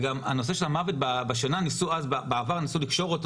את הנושא של המוות בשנה ניסו בעבר לקשור אותו